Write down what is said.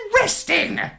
resting